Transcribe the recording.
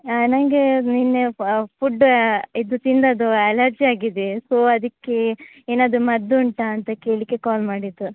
ಹಾಂ ನನ್ಗೆ ಅದು ನಿನ್ನೆ ಫುಡ್ ಇದು ತಿಂದದ್ದು ಅಲೆರ್ಜಿ ಆಗಿದೆ ಸೊ ಅದಕ್ಕೆ ಏನಾದರು ಮದ್ದು ಉಂಟಾಂತ ಕೇಳಲಿಕ್ಕೆ ಕಾಲ್ ಮಾಡಿದ್ದು